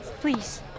Please